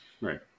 Right